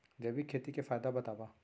जैविक खेती के फायदा बतावा?